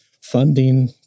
funding